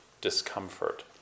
discomfort